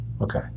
Okay